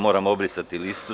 Moramo obrisati listu.